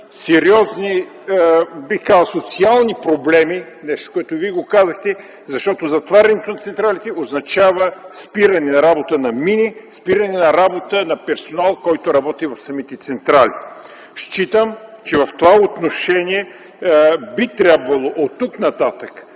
сериозни социални проблеми – нещо, което и Вие казахте, защото затварянето на централите означава спиране на работата на мини и освобождаване на персонал, който работи в самите централи. Смятам, че в това отношение би трябвало оттук нататък